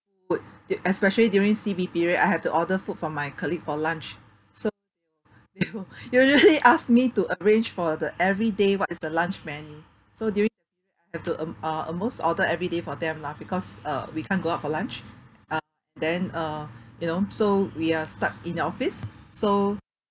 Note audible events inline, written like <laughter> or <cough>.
would du~ especially during C_B period I have to order food for my colleague for lunch so they will <laughs> usually ask me to arrange for the every day what is the lunch menu so during have to um uh almost order every day for them lah because uh we can't go out for lunch uh then uh you know so we are stuck in the office so